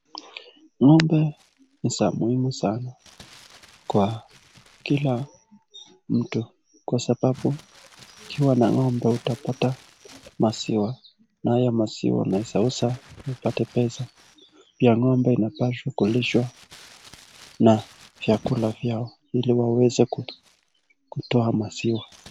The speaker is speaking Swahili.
Ngombe ni za muhimu sana kwa kila mtu kwa sababu ukiwa na ngombe utapata maziwa, Nayo maziwa unaeza uza upate pesa ya ngombe yapaswa kulishwa na vyakula vyao ili iweze kutoa maziwa.